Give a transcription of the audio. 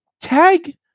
tag